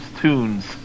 tunes